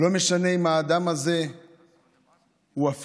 לא משנה אם האדם הזה,